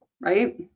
Right